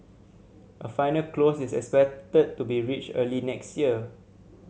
a final close is expected to be reached early next year